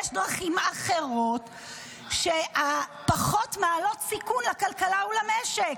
יש דרכים אחרות שפחות מעלות סיכון לכלכלה ולמשק.